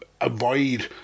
avoid